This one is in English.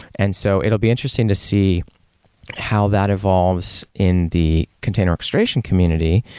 and so it'll be interesting to see how that evolves in the container orchestration community,